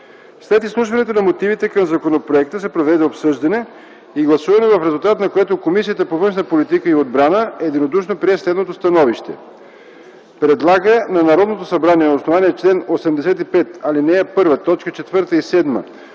След изслушването на мотивите към законопроекта се проведе обсъждане и гласуване, в резултат на което Комисията по външна политика и отбрана единодушно прие следното становище: Предлага на Народното събрание на основание чл. 85, ал. 1, т.